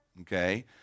okay